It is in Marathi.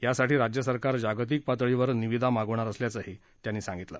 यासाठी राज्य सरकार जागतिक पातळीवर निविदा मागवणार असल्याचंही त्यांनी सांगितलं